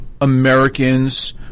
American's